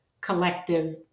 collective